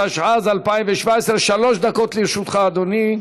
התשע"ז 2017. שלוש דקות לרשותך, אדוני.